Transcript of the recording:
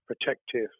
protective